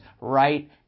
right